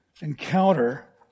encounter